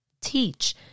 teach